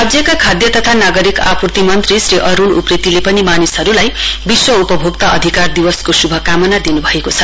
राज्यका खाध तथा नागरिक आपुर्ति मन्त्री श्री अरुण उप्रेतीले पनि मानिसहरुलाई विश्व उपभोक्ता अधिकार दिवसको शुभकामना दिनुभएको छ